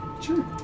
Sure